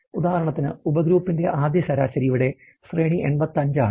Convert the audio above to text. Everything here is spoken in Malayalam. ഉദാഹരണത്തിന് ഉപഗ്രൂപ്പിന്റെ ആദ്യ ശരാശരി ഇവിടെ ശ്രേണി 85 ആണ്